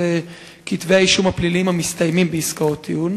כתבי-האישום הפליליים המסתיימים בעסקאות טיעון?